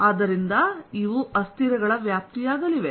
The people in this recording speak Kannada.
ಆದ್ದರಿಂದ ಇವು ಅಸ್ಥಿರಗಳ ವ್ಯಾಪ್ತಿಯಾಗಲಿವೆ